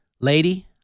Lady